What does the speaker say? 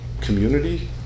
community